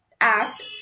act